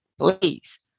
please